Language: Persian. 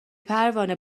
پروانه